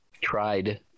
tried